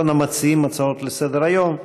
אחרון המציעים הצעות לסדר-היום,